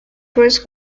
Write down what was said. first